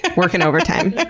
like working overtime.